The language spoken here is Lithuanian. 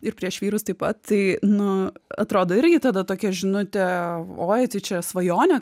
ir prieš vyrus taip pat tai nu atrodo irgi tada tokia žinutė oi tai čia svajonė